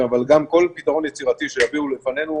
אבל גם כל פתרון יצירתי שיביאו לפנינו,